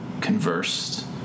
conversed